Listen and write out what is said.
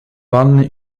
wanny